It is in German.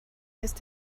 ist